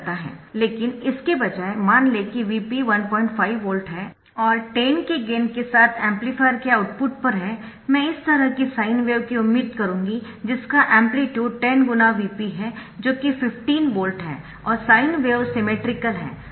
लेकिन इसके बजाय मान लें कि Vp 15 वोल्ट है और 10 के गेन के साथ एम्पलीफायर के आउटपुट पर मैं इस तरह की साइन वेव की उम्मीद करूंगी जिसका एम्पलीट्युड 10 × Vp है जो कि 15 वोल्ट है और साइन वेव सिमेट्रिकल है